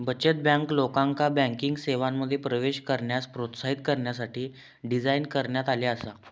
बचत बँक, लोकांका बँकिंग सेवांमध्ये प्रवेश करण्यास प्रोत्साहित करण्यासाठी डिझाइन करण्यात आली आसा